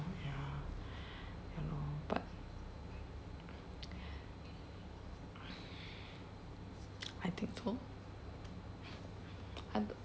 ya ya lor but I think so I